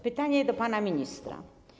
Pytanie do pana ministra.